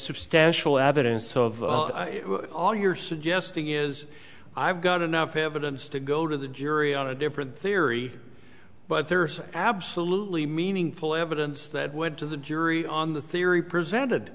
substantial evidence of all you're suggesting is i've got enough evidence to go to the jury on a different theory but there's absolutely meaningful evidence that would to the jury on the theory presented